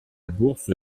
bourse